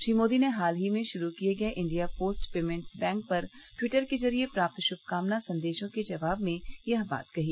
श्री मोदी ने हाल में शुरू किए गए इंडिया पोस्ट पेमेंट्स बैंक पर ट्विटर के जरिए प्राप्त शुभकामना संदेशों के जवाब में यह बात कही